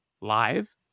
live